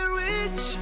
rich